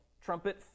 trumpet